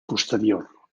posterior